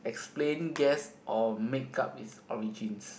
explain guess or make-up it's origins